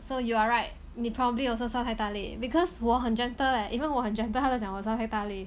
so you are right 你 probably also 刷太大力 because 我很 gentle leh even 我很 gentle 他都讲我刷太大力